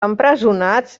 empresonats